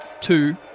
two